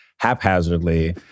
haphazardly